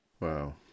Wow